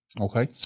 Okay